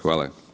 Hvala.